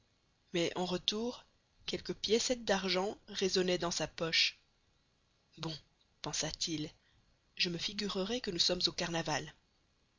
mais en retour quelques piécettes d'argent résonnaient dans sa poche bon pensa-t-il je me figurerai que nous sommes en carnaval